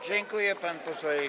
Dziękuję panu posłowi.